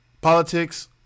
Politics